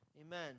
Amen